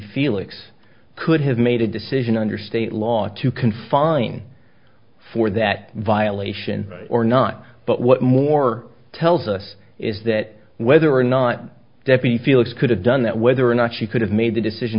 felix could have made a decision under state law to confine for that violation or not but what moore tells us is that whether or not deputy felix could have done that whether or not she could have made the decision